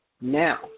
Now